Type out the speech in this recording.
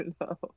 no